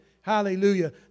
Hallelujah